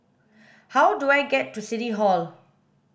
how do I get to City Hall